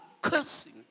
cursing